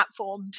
platformed